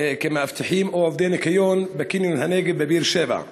כמאבטחים או עובדי ניקיון בקניון "הנגב" בבאר-שבע.